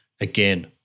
again